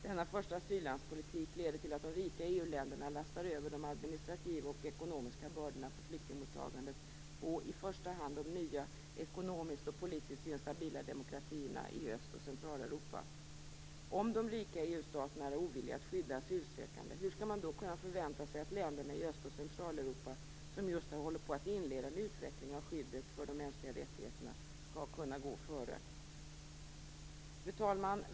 Denna första asyllands-politik leder till att de rika EU-länderna lastar över de administrativa och ekonomiska bördorna för flyktingmottagandet på i första hand de nya ekonomiskt och politiskt instabila demokratierna i Öst och Centraleuropa. Om de rika EU staterna är ovilliga att skydda asylsökande, hur skall man då kunna förvänta sig att länderna i Öst och Centraleuropa, som just nu håller på att inleda en utveckling av skyddet för de mänskliga rättigheterna, skall kunna gå före? Fru talman!